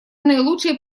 наилучшее